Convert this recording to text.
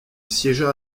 siégea